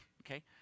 Okay